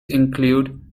include